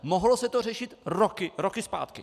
Mohlo se to řešit roky, roky zpátky.